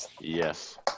Yes